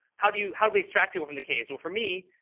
how do you, how do we extract people from the case? well, for me,